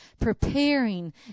preparing